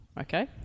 okay